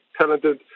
talented